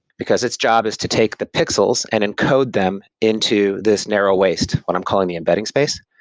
because its job is to take the pixels and encode them into this narrow waist, what i'm calling the embedding space.